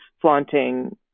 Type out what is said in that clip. flaunting